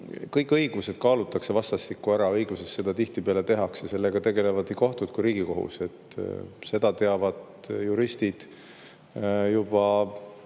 kõik õigused kaalutakse vastastikku ära, õiguses seda tihtipeale tehakse, sellega tegelevad nii kohtud kui ka Riigikohus. Seda teavad juristid juba,